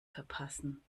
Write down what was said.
verpassen